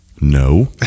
No